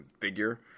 figure